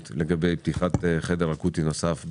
מאוד לגבי פתיחת חדר אקוטי נוסף בנהרייה.